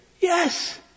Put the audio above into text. Yes